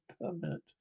permanent